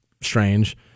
strange